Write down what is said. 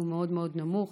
שהוא מאוד מאוד נמוך,